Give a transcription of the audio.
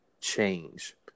change